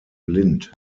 blind